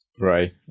Right